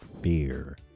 Fear